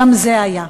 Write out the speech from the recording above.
גם זה היה.